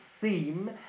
theme